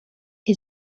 her